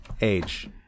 Age